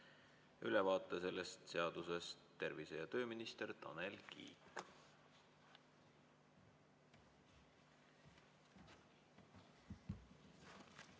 ülevaate sellest seadusest tervise- ja tööminister Tanel Kiik.